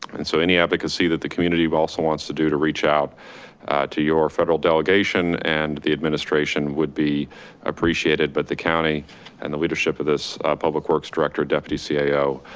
and so any advocacy that the community also wants to do to reach out to your federal delegation and the administration would be appreciated but the county and the leadership of this public works director, deputy cio,